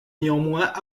néanmoins